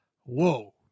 whoa